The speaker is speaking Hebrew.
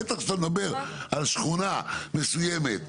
בטח שלא נדבר על שכונה מסוימת.